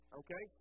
okay